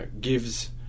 gives